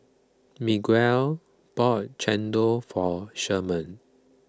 Miguel bought Chendol for Sherman